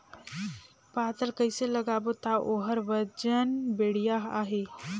पातल कइसे लगाबो ता ओहार वजन बेडिया आही?